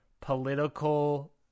political